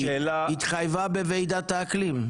היא התחייבה בוועידת האקלים.